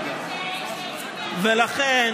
ולכן,